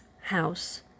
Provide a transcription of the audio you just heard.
house